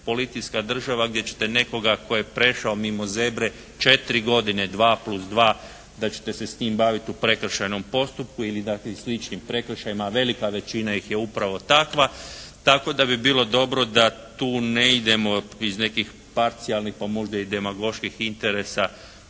policijska država gdje ćete nekoga tko je prešao mimo zebre četiri godine, dva plus dva da ćete se s njime baviti u prekršajnom postupku ili takvim sličnim prekršajima. A velika većina ih upravo takva. Tako da bi bilo dobro da tu ne idemo iz nekih parcijalnih pa možda i demagoških interesa